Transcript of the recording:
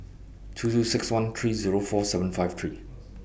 two two six one three Zero four seven five three